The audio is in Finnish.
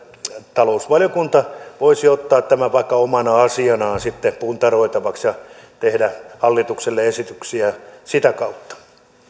talousvaliokunta voisi ottaa tämän vaikka omana asianaan puntaroitavaksi ja tehdä hallitukselle esityksiä sitä kautta